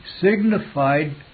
signified